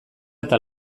eta